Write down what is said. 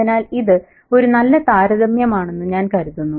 അതിനാൽ ഇത് ഒരു നല്ല താരതമ്യമാണെന്ന് ഞാൻ കരുതുന്നു